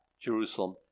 Jerusalem